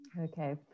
okay